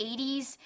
80s